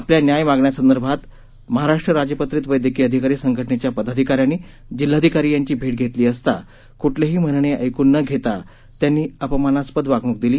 आपल्या न्याय मागण्यांसंदर्भात महाराष्ट्र राजपत्रित वैद्यकीय अधिकारी संघटनेच्या पदाधिकाऱ्यांनी जिल्हाधिकारी यांची भेट घेतली असता कुठलेही म्हणणे ऐकून न धेता त्यांनी अपमानास्पद वागणूक दिली